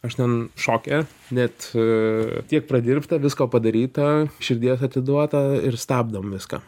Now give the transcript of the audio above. aš ten šoke net tiek pradirbta visko padaryta širdies atiduota ir stabdom viską